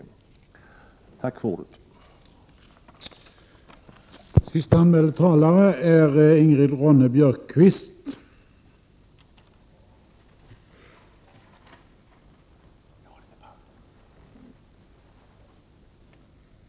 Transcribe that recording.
Tack för ordet.